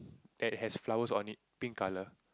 and has flowers on it pink colour